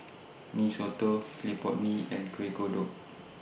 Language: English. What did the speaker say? Mee Soto Clay Pot Mee and Kuih Kodok